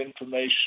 information